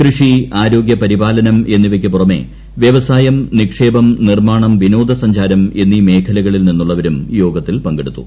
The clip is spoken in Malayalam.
കൃഷി ആരോഗ്യപരിപാലനം എന്നിവയ്ക്കു പുറമെ വ്യവസായം നിക്ഷേപം നിർമ്മാണം വിനോദസഞ്ചാരം എന്നീ മേഖലകളിൽ നിന്നുള്ളവരും യോഗത്തിൽ പങ്കെടുത്തു